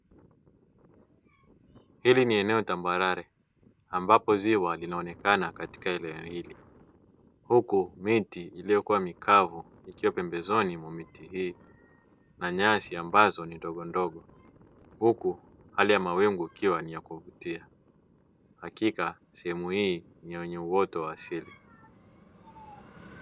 Hili ni eneo tambarale ambapo ziwa linaonekana katika eneo hili, huku miti iliyokuwa mikavu ikiwa pembezoni mwa miti hii na nyasi ambazo ni ndogondogo, huku hali ya mawingu ikiwa ni ya kuvutia, hakika sehemu hii ni yenye uoto wa asili.